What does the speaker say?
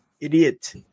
idiot